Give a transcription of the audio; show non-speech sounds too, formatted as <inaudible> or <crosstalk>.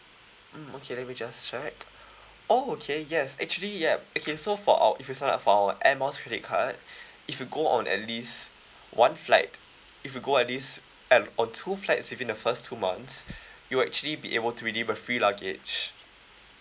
mm okay let me just check oh okay yes actually ya okay so for our if you sign up for our air miles credit card <breath> if you go on at least one flight if you go at least at or two flights within the first two months you will actually be able to redeem a free luggage